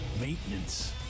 maintenance